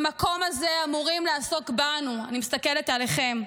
במקום הזה אמורים לעסוק בנו, אני מסתכלת עליכם,